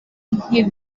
nk’i